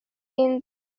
been